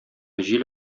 җил